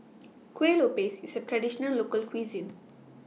Kueh Lopes IS A Traditional Local Cuisine